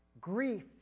grief